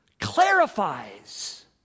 clarifies